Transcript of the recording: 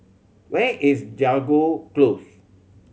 where is Jago Close